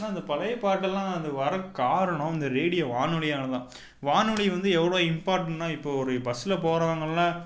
ஆனால் அந்த பழைய பாட்டெல்லாம் அது வரக் காரணம் அந்த ரேடியோ வானொலியால் தான் வானொலி வந்து எவ்வளோ இம்பார்ட்டானா இப்போது ஒரு பஸ்ஸில் போகிறவங்கெல்லாம்